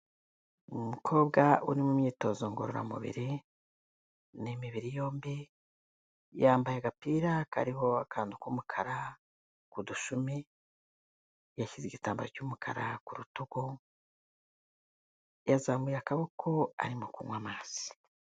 Umukobwa uri mu myitozo ngororamubiri, ni imibiri yombi, yambaye agapira kariho akantu k'umukara kudushumi, yashyize igitambaro cy'umukara ku rutugu, yazamuye akaboko arimo kunywa amazi.